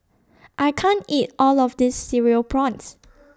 I can't eat All of This Cereal Prawns